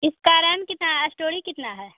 इसका रेम कितना स्टोरी कितना है